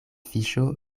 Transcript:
fiŝo